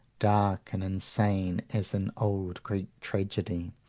dark and insane as in old greek tragedy,